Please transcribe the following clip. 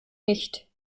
nicht